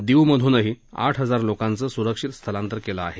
दिवमधूनही आठ हजार लोकांचं सुरक्षित स्थालांतर केलं आहे